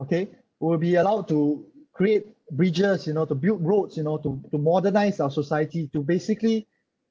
okay we'll be allowed to create bridges you know to build roads you know to to modernise our society to basically